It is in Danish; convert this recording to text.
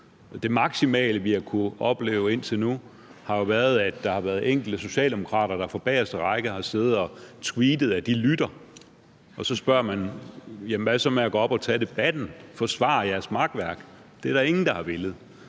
Det maksimale, vi har kunnet opleve indtil nu, har jo været, at der har været enkelte socialdemokrater, der på bagerste række har siddet og tweetet, at de lytter, og så spørger man: Hvad så med at gå op og tage debatten og forsvare jeres makværk? Det er der ingen der har villet.